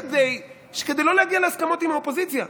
כדי לא להגיע להסכמות עם האופוזיציה.